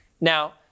Now